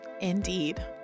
indeed